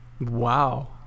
Wow